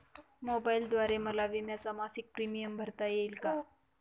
मोबाईलद्वारे मला विम्याचा मासिक प्रीमियम भरता येईल का?